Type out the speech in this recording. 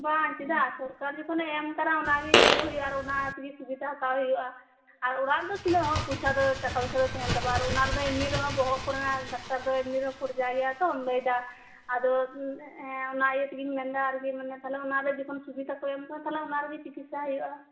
ᱵᱟᱝ ᱪᱮᱫᱟᱜ ᱥᱚᱨᱠᱟᱨ ᱡᱚᱠᱷᱚᱱᱮ ᱮᱢ ᱟᱠᱟᱱᱟ ᱚᱱᱟ ᱜᱮ ᱪᱟᱹᱞᱩ ᱦᱩᱭᱩᱜ ᱟ ᱚᱱᱟ ᱛᱮᱜᱮ ᱥᱩᱵᱤᱛᱟ ᱦᱟᱛᱟᱣ ᱦᱩᱭᱩᱜᱼᱟ ᱟᱨ ᱚᱲᱟᱜ ᱨᱮᱫᱚ ᱤᱱᱟᱹᱜ ᱦᱚᱲ ᱴᱟᱠᱟ ᱯᱚᱭᱥᱟ ᱫᱚ ᱛᱟᱸᱦᱮᱱ ᱛᱟᱢᱟ ᱟᱨ ᱚᱱᱟ ᱨᱮᱫᱚ ᱮᱢᱱᱤ ᱨᱮᱦᱚᱸ ᱵᱚᱦᱚᱜ ᱠᱚᱨᱮᱱᱟᱜ ᱰᱟᱠᱛᱟᱨ ᱫᱚ ᱠᱷᱚᱨᱪᱟᱜᱮᱭᱟ ᱛᱳ ᱞᱟᱹᱭᱮᱫᱟ ᱟᱫᱚ ᱚᱱᱟ ᱤᱭᱟᱹ ᱛᱮᱜᱮ ᱤᱧ ᱢᱮᱱ ᱮᱫᱟ ᱢᱟᱱᱮ ᱚᱱᱟᱨᱮ ᱡᱚᱠᱷᱚᱱ ᱥᱩᱵᱤᱛᱟ ᱠᱚ ᱮᱢ ᱟᱠᱟᱱᱟ ᱛᱟᱦᱚᱞᱮ ᱚᱱᱟ ᱨᱮᱜᱮ ᱛᱤᱠᱤᱥᱥᱟ ᱦᱩᱭᱩᱜᱼᱟ